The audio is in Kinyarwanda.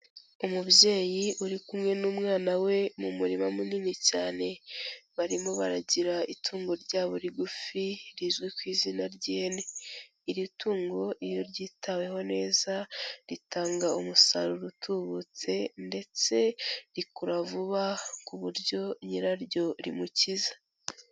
Umubyeyi uri kumwe n'umwana we mu murima munini cyane, barimo baragira itungo ryabo rigufi rizwi ku izina ry'ihene. Iri tungo iyo ryitaweho neza ritanga umusaruro utubutse ndetse rikura vuba ku buryo nyiraryo rimukiza.